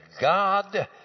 God